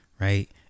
Right